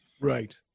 Right